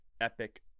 epic